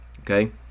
okay